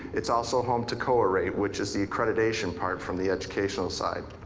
it's also home to corea which is the accreditation part from the educational side.